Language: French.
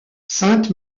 sainte